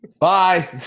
bye